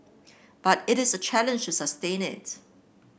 but it is a challenge to sustain it